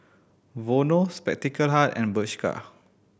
Vono Spectacle Hut and Bershka